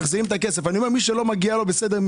מי שלא מגיע לו בסדר,